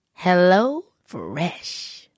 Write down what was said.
HelloFresh